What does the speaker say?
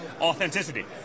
authenticity